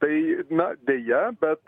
tai na deja bet